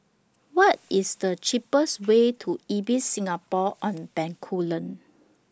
What IS The cheapest Way to Ibis Singapore on Bencoolen